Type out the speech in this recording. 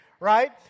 Right